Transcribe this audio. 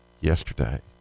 yesterday